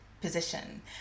position